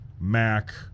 Mac